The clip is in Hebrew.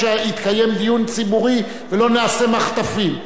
שיתקיים דיון ציבורי ולא נעשה מחטפים.